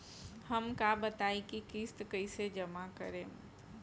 हम का बताई की किस्त कईसे जमा करेम?